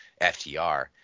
FTR